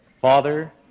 Father